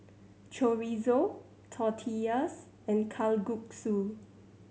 Chorizo Tortillas and Kalguksu